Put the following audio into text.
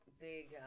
big